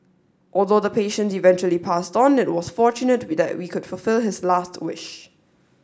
although the patient eventually passed on it was fortunate that we could fulfil his last wish